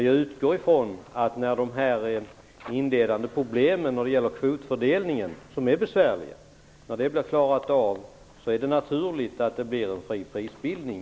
Jag utgår från att det - när de inledande problemen med kvotfördelningen, som är besvärliga, blivit avklarade - är naturligt att det på sikt blir en fri prisbildning.